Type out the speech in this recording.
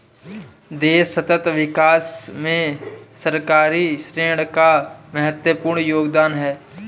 देश सतत विकास में सरकारी ऋण का महत्वपूर्ण योगदान है